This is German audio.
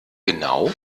genau